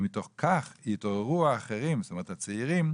ומתוך כך יתעוררו האחרים זאת אומרת הצעירים